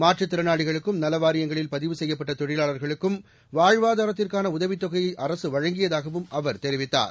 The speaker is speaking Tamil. மாற்றுத்திறனாளிகளுக்கும் நல வாரியங்களில் பதிவு செய்யப்பட்ட தொழிலாளர்களுக்கும் வாழ்வாதாரத்திற்கான உதவித் தொகையை அரசு வழங்கியதாகவும் அவர் தெரிவித்தார்